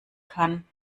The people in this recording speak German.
kann